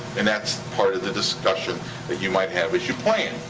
and that's part of the discussion that you might have as you plan.